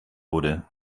wurde